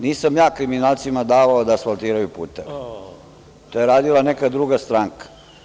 Nisam ja kriminalcima davao da asfaltiraju puteve, to je radila neka druga stranka.